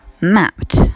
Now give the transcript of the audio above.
mapped